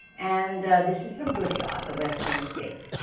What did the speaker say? and this is from gujarat, the western state.